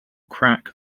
crack